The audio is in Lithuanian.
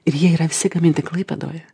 ir jie yra visi gaminti klaipėdoje